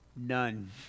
None